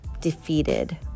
defeated